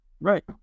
Right